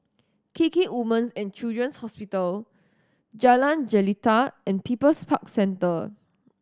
KK Women's And Children's Hospital Jalan Jelita and People's Park Centre